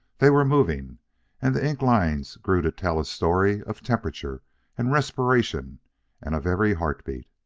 they were moving and the ink lines grew to tell a story of temperature and respiration and of every heart-beat.